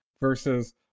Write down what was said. versus